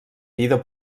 vida